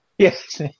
Yes